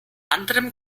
anderem